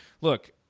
look